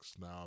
Now